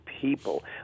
people